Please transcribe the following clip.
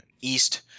east